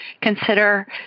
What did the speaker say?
consider